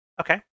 Okay